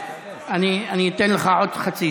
דבר, אבוטבול, אני קורא אותך לסדר.